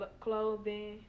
clothing